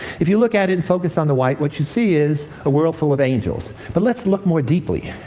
if you look at it and focus on the white, what you see is a world full of angels. but let's look more deeply,